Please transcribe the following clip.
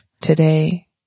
today